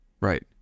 right